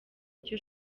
icyo